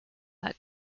that